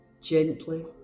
Gently